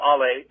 Ale